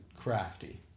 crafty